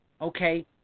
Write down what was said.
okay